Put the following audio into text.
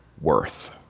worth